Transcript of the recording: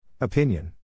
Opinion